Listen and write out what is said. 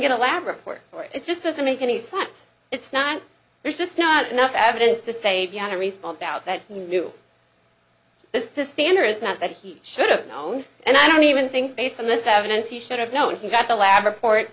get a lab report or it just doesn't make any sense it's not there's just not enough evidence to say you had to respond out that you knew this the spanner is not that he should have known and i don't even think based on this evidence he should have known he got the lab report